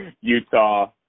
Utah